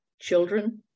children